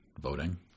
voting